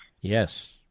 Yes